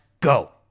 go